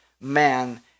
man